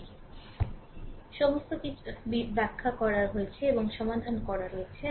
সুতরাং এই সমস্ত বিষয় ব্যাখ্যা করা হয়েছে এবং সমাধান করা হয়েছে